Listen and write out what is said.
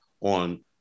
on